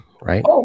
right